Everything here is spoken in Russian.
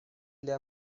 для